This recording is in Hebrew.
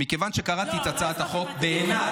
תושבים מהצפון ואומרים לי: תראה איזו הצעת חוק נהדרת.